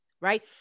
Right